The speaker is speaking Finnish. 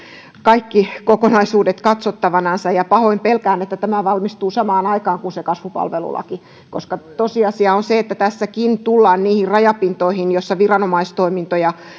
kaikki kokonaisuudet katsottavana ja pahoin pelkään että tämä valmistuu samaan aikaan kuin se kasvupalvelulaki koska tosiasia on se että tässäkin tullaan niihin rajapintoihin joissa viranomaistoimintoja